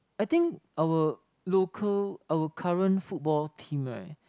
I think our local our current football team [right]